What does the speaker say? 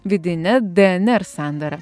vidine dnr sandara